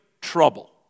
trouble